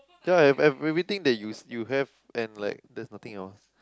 ya have I have everything that you s~ you have and like there's nothing else